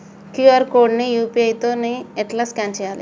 QR code ని UPI తోని ఎట్లా స్కాన్ చేయాలి?